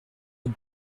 are